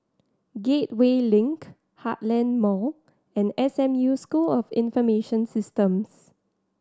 Gateway Link Heartland Mall and S M U School of Information Systems